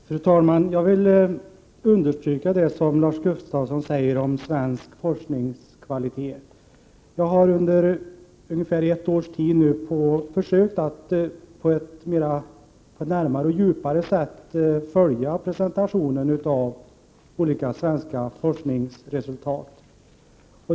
Fru talman! Jag vill understryka det Lars Gustafsson sade om kvaliteten på svensk forskning. Jag har ungefär under ett års tid försökt att på ett djupare sätt följa presentationen av olika svenska forskningsresultat.